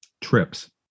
trips